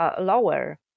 lower